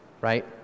right